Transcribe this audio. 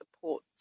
support